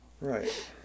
Right